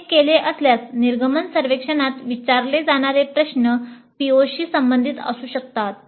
हे केले असल्यास निर्गमन सर्वेक्षणात विचारले जाणारे प्रश्न त्या PO शी संबंधित असू शकतात